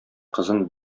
кызын